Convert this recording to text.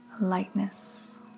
Lightness